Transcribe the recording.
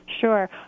Sure